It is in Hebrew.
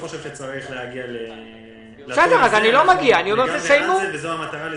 זו גם המוטיבציה שלנו,